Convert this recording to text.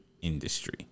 Industry